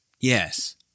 Yes